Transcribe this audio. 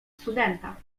studenta